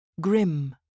Grim